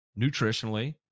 nutritionally